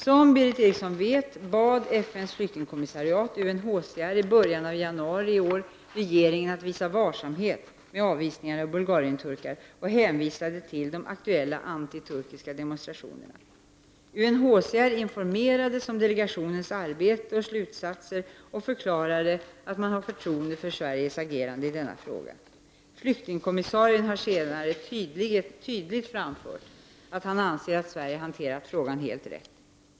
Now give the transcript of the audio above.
Som Berith Eriksson vet, bad FN:s flyktingkommissariat i början av januari i år regeringen att visa varsamhet med avvisningar av bulgarienturkar och hänvisade då till de aktuella antiturkiska demonstrationerna. UNHCR informerades om delegationens arbete och slutsatser och förklarade att man har förtroende för Sveriges agerande i denna fråga. Flyktingkommissarien har senare tydligt framfört att han anser att Sverige hanterat frågan helt rätt.